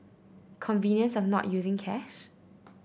convenience of not using cash